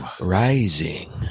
Rising